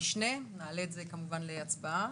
נעלה את זה כמובן להצבעה.